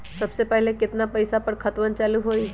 सबसे कम केतना पईसा पर खतवन चालु होई?